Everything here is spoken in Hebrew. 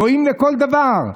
גויים לכל דבר.